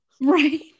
Right